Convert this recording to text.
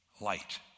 light